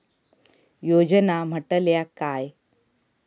योजना म्हटल्या काय?